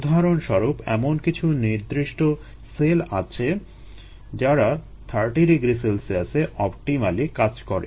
উদাহরণস্বরূপ এমন কিছু নির্দিষ্ট সেল আছে যারা 30 ºC এ অপটিমালি কাজ করে